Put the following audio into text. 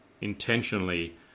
intentionally